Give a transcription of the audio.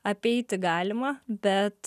apeiti galima bet